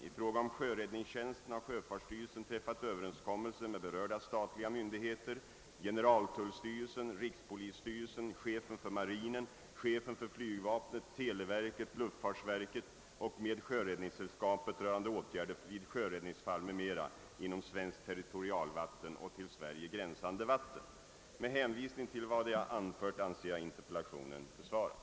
I fråga om sjöräddningstjänsten har sjöfartsstyrelsen träffat övetenskommelse med berörda statliga myndigheter — generaltullstyrelsen, rikspolisstyrelsen, chefen för marinen, chefen för flygvapnet, televerket, luftfartsverket — och med Sjöräddningssällskapet rörande åtgärder vid sjöräddningsfall m.m. inom svenskt territorialvatten och till Sverige gränsande vatten. Med hänvisning till vad jag anfört anser jag interpellationen besvarad.